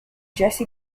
jesse